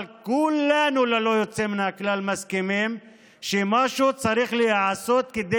אבל כולנו ללא יוצא מן הכלל מסכימים שמשהו צריך להיעשות כדי